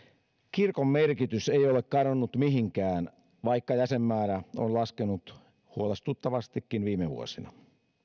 kirkon merkitys ei ole kadonnut mihinkään vaikka jäsenmäärä on laskenut huolestuttavastikin viime vuosina